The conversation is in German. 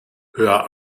hör